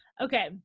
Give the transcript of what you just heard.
Okay